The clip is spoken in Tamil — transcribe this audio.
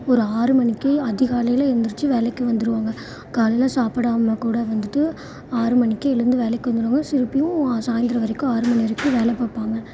ஒரு ஆறு மணிக்கு அதிகாலையில் எழுந்திரிச்சி வேலைக்கு வந்துடுவாங்க காலையில் சாப்பிடாம கூட வந்துட்டு ஆறு மணிக்கு எழுந்து வேலைக்கு வந்துடுவாங்க திருப்பியும் சாய்ந்திரம் வரைக்கும் ஆறு மணி வரைக்கும் வேலை பார்ப்பாங்க